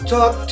Talk